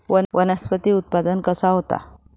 वनस्पतीत पुनरुत्पादन कसा होता?